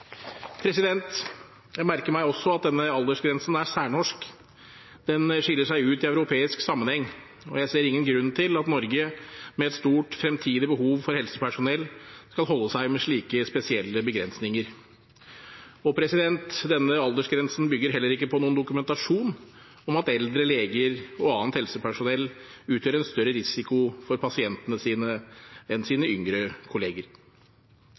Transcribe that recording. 1940. Jeg merker meg også at denne aldersgrensen er særnorsk. Den skiller seg ut i europeisk sammenheng. Jeg ser ingen grunn til at Norge, med et stort fremtidig behov for helsepersonell, skal holde seg med slike spesielle begrensninger. Denne aldersgrensen bygger heller ikke på noen dokumentasjon av at eldre leger og annet helsepersonell utgjør en større risiko for pasientene sine enn det deres yngre kolleger